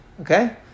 okay